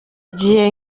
igihe